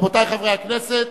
רבותי חברי הכנסת,